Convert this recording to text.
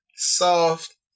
Soft